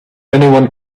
anyone